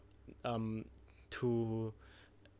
um to